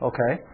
Okay